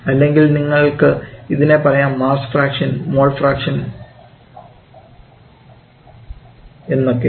അല്ലെങ്കിൽ നിങ്ങൾക്ക് ഇതിനെ പറയാം മാസ്സ് ഫ്രാക്ഷൻ മോൾ ഫ്രാക്ഷൻ എന്നൊക്കെ